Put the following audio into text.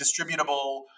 distributable